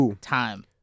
time